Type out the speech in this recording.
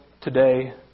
today